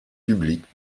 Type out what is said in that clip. publiques